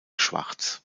schwarz